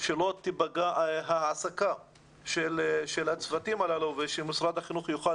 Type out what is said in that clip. שלא תיפגע ההעסקה של הצוותים הללו ושמשרד החינוך יוכל